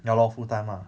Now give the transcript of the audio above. ya lor full time ah